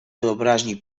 wyobraźni